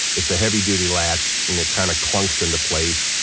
it's a heavy duty latch and that kind of clunks into place.